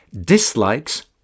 dislikes